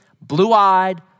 blue-eyed